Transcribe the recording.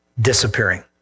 disappearing